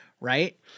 right